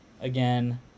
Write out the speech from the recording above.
Again